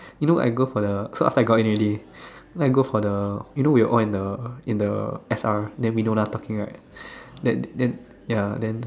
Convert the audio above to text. you know I go for the so after I got in already then I go for the you know we're all in the in the S R then we know we're talking right that then ya then